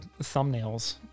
thumbnails